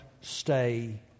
stay